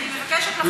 אל תיקחו אותם אחורה.